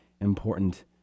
important